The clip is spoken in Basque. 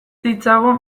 ditzagun